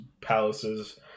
palaces